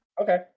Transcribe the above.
Okay